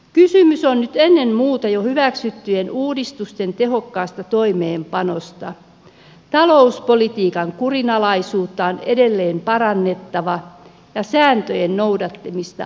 kysymys on nyt ennen muuta jo hyväksyttyjen uudistusten tehokkaasta toimeenpanosta talouspolitiikan kurinalaisuutta on edelleen parannettava ja sääntöjen noudattamista tehostettava